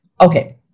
Okay